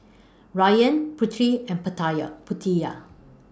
Ryan Putri and Putera